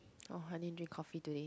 oh I didn't drink coffee today